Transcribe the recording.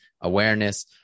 awareness